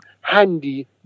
handy